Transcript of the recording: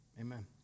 amen